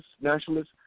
nationalists